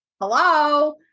hello